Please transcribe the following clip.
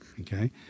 okay